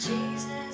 Jesus